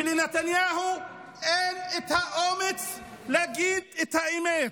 ולנתניהו אין את האומץ להגיד את האמת.